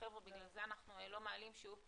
בגלל זה אנחנו לא מעלים שוב,